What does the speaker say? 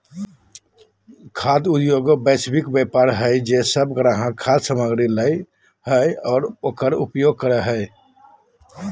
खाद्य उद्योगएगो वैश्विक व्यापार हइ जे सब ग्राहक खाद्य सामग्री लय हइ और उकर उपभोग करे हइ